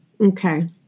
Okay